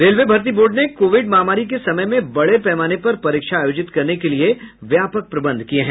railway भर्ती board ने Covid महामारी के समय में बड़े पैमाने पर परीक्षा आयोजित करने के लिए व्यापक प्रबंध किए हैं